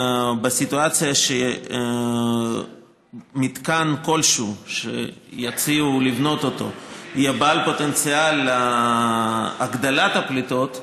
בסיטואציה שמתקן כלשהו שיציעו לבנות יהיה בעל פוטנציאל להגדלת הפליטות,